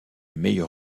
meilleur